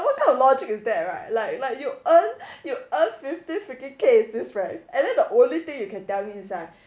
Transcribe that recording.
what kind of logic is that right like like you earn you earn fifty freaking k right and then the only thing you can tell me is like